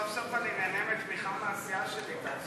סוף-סוף אני נהנה מתמיכה מהסיעה שלי.